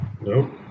Nope